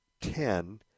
ten